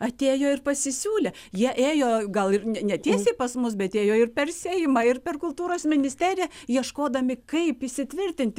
atėjo ir pasisiūlė jie ėjo gal ir ne ne tiesiai pas mus bet ėjo ir per seimą ir per kultūros ministeriją ieškodami kaip įsitvirtinti